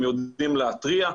הם יודעים להתריע,